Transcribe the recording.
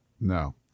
No